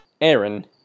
Aaron